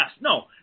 No